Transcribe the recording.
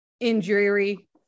injury